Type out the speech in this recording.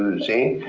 see,